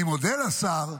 אני מודה לשר,